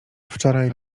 wczoraj